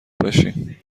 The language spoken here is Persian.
باشین